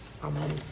Amen